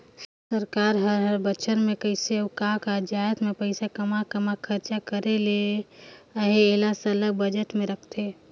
सरकार हर हर बछर में कइसे अउ का का जाएत में पइसा काम्हां काम्हां खरचा करे ले अहे एला सरलग बजट में रखथे